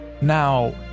Now